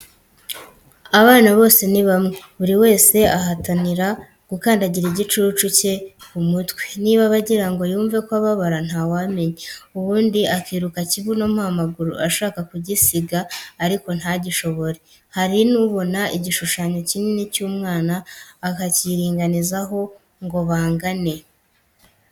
Abana bose ni bamwe, buri wese ahatanira gukandagira igicucu cye ku mutwe, niba aba agirango yumve ko yababara, ntawamenya; ubundi akiruka kibuno mpa amaguru ashaka kugisiga ariko ntagishobore. Hari n'ubona igishushanyo kinini cy'umwana, akacyiringanizaho ngo bangane.